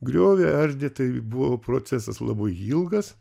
griovė ardė tai buvo procesas labai ilgas